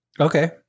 Okay